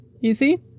easy